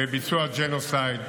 בביצוע ג'נוסייד,